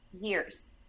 years